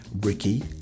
Ricky